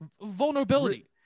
Vulnerability